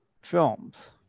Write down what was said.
films